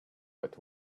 but